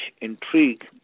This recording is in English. intrigue